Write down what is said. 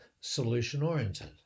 solution-oriented